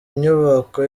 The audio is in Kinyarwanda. inyubako